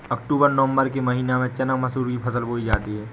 अक्टूबर नवम्बर के महीना में चना मसूर की फसल बोई जाती है?